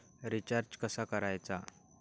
Recharge कसा करायचा?